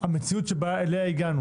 המציאות שאליה הגענו